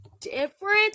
different